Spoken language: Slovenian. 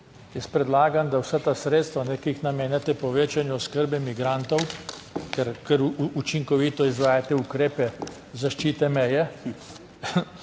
Jaz predlagam, da vsa ta sredstva, ki jih namenjate povečanju oskrbe migrantov, ker učinkovito izvajate ukrepe zaščite meje,